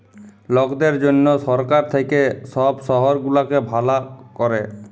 লকদের জনহ সরকার থাক্যে সব শহর গুলাকে ভালা ক্যরে